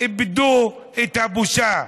איבדו את הבושה.